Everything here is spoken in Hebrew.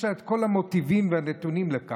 יש לה את כל המוטיבים והנתונים לכך: